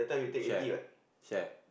share share